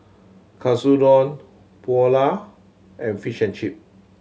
Katsudon Pulao and Fish and Chip